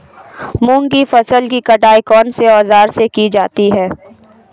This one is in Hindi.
मूंग की फसल की कटाई कौनसे औज़ार से की जाती है?